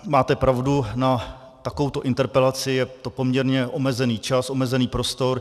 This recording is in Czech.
Máte pravdu, na takovouto interpelaci je to poměrně omezený čas, omezený prostor.